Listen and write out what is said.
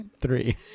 three